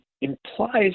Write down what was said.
implies